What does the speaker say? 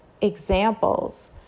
examples